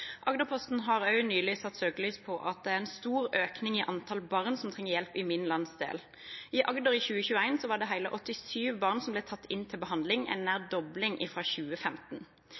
Agderposten har også nylig satt søkelys på at det i min landsdel er en stor økning i antall barn som trenger hjelp. I Agder var det i 2021 hele 87 barn som ble tatt inn til behandling, en nær dobling fra 2015.